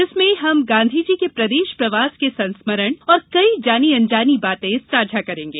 जिसमें हम गांधीजी के प्रदेश प्रवास के संस्मरण और कई जानी अनजानी बातें साझा करेंगे